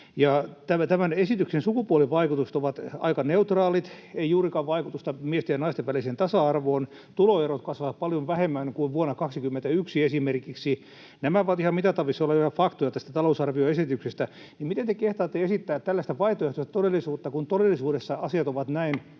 Tämän esityksen sukupuolivaikutukset ovat aika neutraalit, ei juurikaan vaikutusta miesten ja naisten väliseen tasa-arvoon, tuloerot kasvavat paljon vähemmän kuin esimerkiksi vuonna 21. Nämä ovat ihan mitattavissa olevia faktoja tästä talousarvioesityksestä. Miten te kehtaatte esittää tällaista vaihtoehtoista todellisuutta, kun todellisuudessa asiat ovat näin